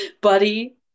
Buddy